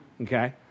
Okay